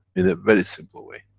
in a very simple way.